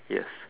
yes